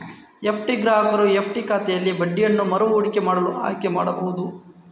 FD ಗ್ರಾಹಕರು FD ಖಾತೆಯಲ್ಲಿ ಬಡ್ಡಿಯನ್ನು ಮರು ಹೂಡಿಕೆ ಮಾಡಲು ಆಯ್ಕೆ ಮಾಡಬಹುದು